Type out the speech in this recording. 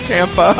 Tampa